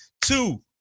two